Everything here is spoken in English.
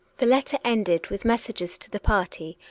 the letter ended with messages to the party,